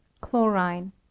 chlorine